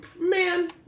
man